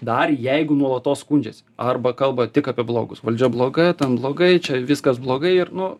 dar jeigu nuolatos skundžiasi arba kalba tik apie blogus valdžia bloga ten blogai čia viskas blogai ir nu